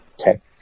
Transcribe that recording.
okay